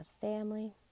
family